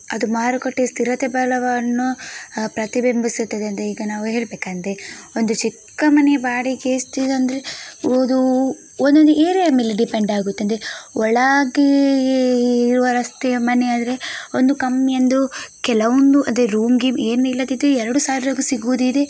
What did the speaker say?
ಅದು ಮಾರುಕಟ್ಟೆಯ ಸ್ಥಿರತೆ ಬಲವನ್ನು ಪ್ರತಿಬಿಂಬಿಸುತ್ತದೆ ಅಂತ ಈಗ ನಾವು ಹೇಳ್ಬೇಕಂದ್ರೆ ಒಂದು ಚಿಕ್ಕ ಮನೆ ಬಾಡಿಗೆ ಎಷ್ಟಿದೆ ಅಂದರೆ ಓದೂ ಒಂದೊಂದು ಏರಿಯಾದ ಮೇಲೆ ಡಿಪೆಂಡ್ ಆಗುತ್ತದೆ ಒಳಗೆ ಇರುವ ರಸ್ತೆಯ ಮನೆಯಾದರೆ ಒಂದು ಕಮ್ಮಿ ಅಂದು ಕೆಲವೊಂದು ಅದೆ ರೂಮ್ ಗೀಮ್ ಏನೂ ಇಲ್ಲದಿದ್ದೇ ಎರಡು ಸಾವಿರಕ್ಕೂ ಸಿಗೋದಿದೆ